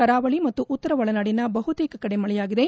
ಕರಾವಳಿ ಮತ್ತು ಉತ್ತರ ಒಳನಾಡಿನ ಬಹುತೇಕ ಕಡೆ ಮಳೆಯಾಗಿದೆ